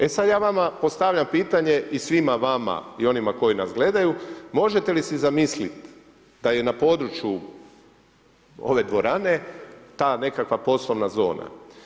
E, sad ja vama postavljam pitanje i svima vama, i onima koji nas gledaju, možete li se zamisliti, da je na području, ove dvorane ta nekakva poslovna zona.